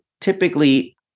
typically